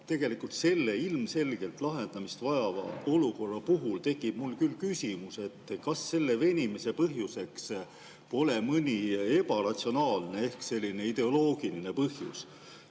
tegelikult selle ilmselgelt lahendamist vajava olukorra puhul tekib mul küll küsimus, kas selle venimise põhjuseks pole mõni ebaratsionaalne ehk ideoloogiline põhjus.